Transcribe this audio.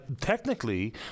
technically